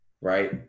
right